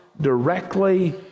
directly